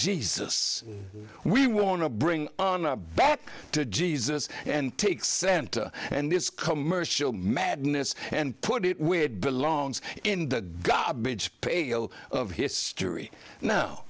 jesus we want to bring on a back to jesus and take center and this commercial madness and put it where it belongs in the garbage pail of history no